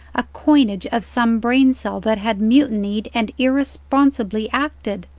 a coinage of some brain-cell that had mutinied and irresponsibly acted.